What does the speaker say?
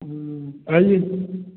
आईये फिर